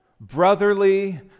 brotherly